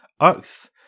oath